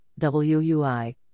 WUI